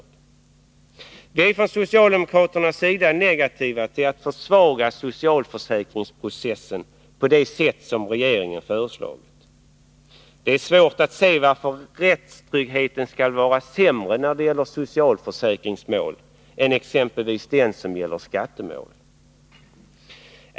Vi är från socialdemokratisk sida negativa till att försvaga socialförsäkringsprocessen på det sätt som regeringen har föreslagit. Det är svårt att se varför rättstryggheten skall vara sämre när det gäller socialförsäkringsmål än när det gäller exempelvis skattemål.